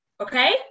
Okay